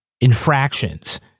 infractions